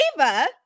Ava